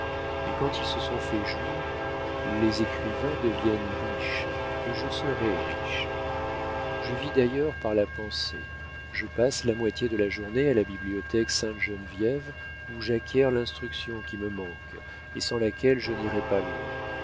mais quand ils se sont fait jour les écrivains deviennent riches et je serai riche je vis d'ailleurs par la pensée je passe la moitié de la journée à la bibliothèque sainte-geneviève où j'acquiers l'instruction qui me manque et sans laquelle je n'irai pas loin